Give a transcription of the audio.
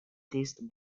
taste